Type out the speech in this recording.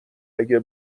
اگه